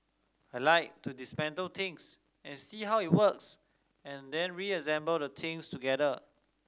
I like to dismantle things and see how it works and then reassemble the things together